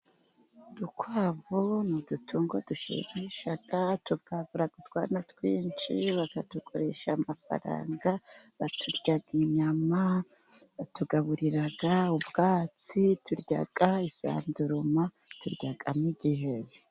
Urukwavu n'udutunngo dushimisha, tugabura utwana twinshi, bakadukoresha amafaranga bakaturya inyama, batugaburira ubwatsi, turya isanduruma, turya n'igiheri.